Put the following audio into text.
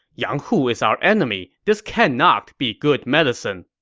yang hu is our enemy. this cannot be good medicine.